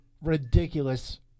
ridiculous